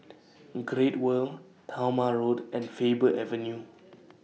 Great World Talma Road and Faber Avenue